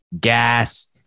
gas